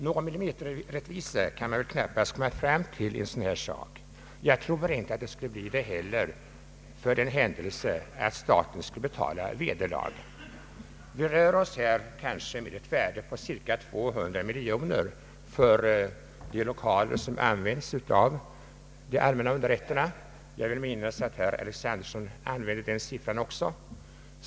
Någon millimeterrättvisa kan man väl knappast komma fram till i ett sådant här ärende. Inte heller om staten skulle betala vederlag, tror jag att så skulle bli fallet. Värdet av de lokaler som används av de allmänna underrätterna uppgår till cirka 200 miljoner kronor. Jag vill minnas att herr Alexanderson nämnde den siffran.